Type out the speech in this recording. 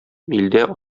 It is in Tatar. илдә